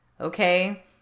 okay